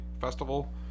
festival